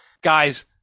Guys